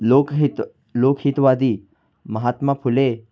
लोकहित लोकहितवादी महात्मा फुले